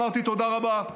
אמרתי: תודה רבה,